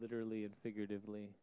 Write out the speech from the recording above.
literally and figuratively